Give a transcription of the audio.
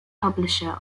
publisher